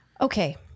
okay